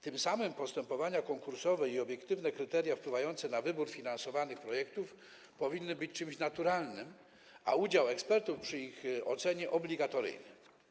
Tym samym postępowania konkursowe i obiektywne kryteria wpływające na wybór finansowanych projektów powinny być czymś naturalnym, a udział ekspertów przy ich ocenie powinien być obligatoryjny.